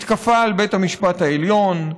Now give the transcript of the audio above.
מתקפה על בית המשפט העליון,